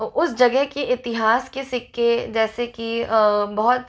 उस जगह के इतिहास के सिक्के जैसे कि बहुत